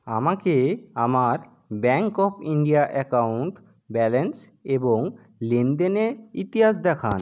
আমাকে আমার bank of India account balance এবং লেনদেনের ইতিহাস দেখান